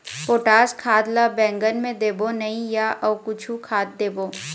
Potash खाद ला बैंगन मे देबो नई या अऊ कुछू खाद देबो?